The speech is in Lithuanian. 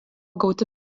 gauti